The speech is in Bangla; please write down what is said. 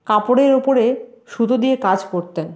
কাপড়ের উপরে সুতো দিয়ে কাজ করতেন